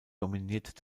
dominiert